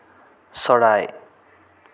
চৰাই